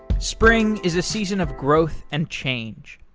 spring is a season of growth and change.